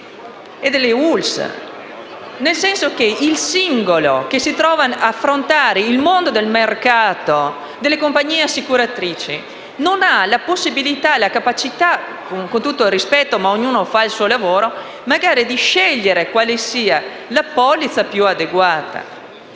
e delle ASL. Il singolo che si trova ad affrontare il mondo del mercato delle compagnie assicuratrici non ha la possibilità e la capacità (con tutto il rispetto, perché ognuno fa il suo lavoro) di scegliere quale sia la polizza più adeguata.